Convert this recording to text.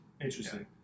Interesting